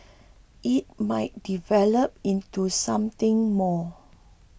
it might develop into something more